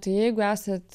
tai jeigu esat